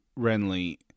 Renly